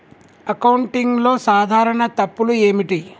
అకౌంటింగ్లో సాధారణ తప్పులు ఏమిటి?